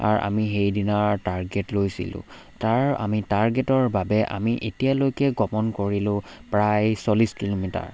আৰু আমি সেইদিনাৰ টাৰ্গেট লৈছিলোঁ তাৰ আমি টাৰ্গেটৰ বাবে আমি এতিয়ালৈকে গমন কৰিলোঁ প্ৰায় চল্লিছ কিলোমিটাৰ